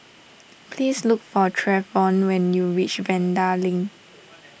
please look for Treyvon when you reach Vanda Link